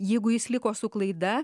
jeigu jis liko su klaida